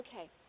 Okay